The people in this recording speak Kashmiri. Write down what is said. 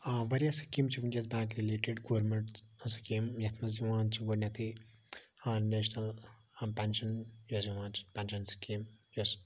آ واریاہ سکیٖمہٕ چھِ وٕنکٮ۪س بینٛک رِلیٹِڈ گورمنٹ سکیٖم یتھ مَنٛز یِوان چھِ گۄڈنیٚتھٕے نیشنَل پیٚنشَن یۄس یِوان چھ پیٚنشَن سکیٖم یۄس یِوان چھِ